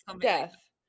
Death